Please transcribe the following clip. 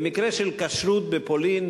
במקרה של כשרות בפולין,